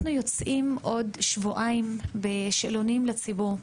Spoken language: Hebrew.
מוציאים בעוד שבועיים שאלונים לציבור.